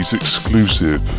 exclusive